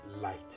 light